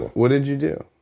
what did you do?